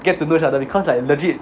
get to know each other because like legit